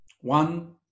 One